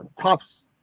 tops